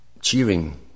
cheering